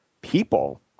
people